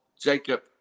Jacob